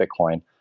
Bitcoin